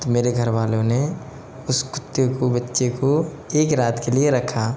तो मेरे घर वालों ने उस कुत्ते को बच्चे को एक रात के लिए रखा